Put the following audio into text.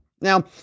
Now